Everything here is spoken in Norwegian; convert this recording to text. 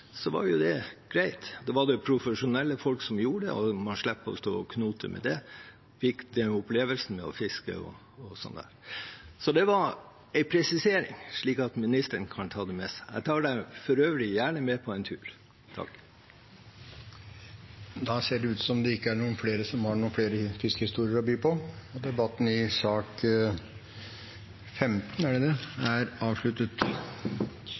det være greit. Da ville det være profesjonelle folk som gjorde det, og man slapp å stå og knote med det, og man fikk opplevelsen av å fiske. Det var en presisering statsråden kan ta med seg. Jeg tar ham for øvrig gjerne med på en tur. Da ser det ut til at det ikke er flere som har noen fiskehistorier å by på, og debatten i sak nr. 15 er avsluttet. Etter ønske fra næringskomiteen vil sakene nr. 16 og 17 behandles under ett. Det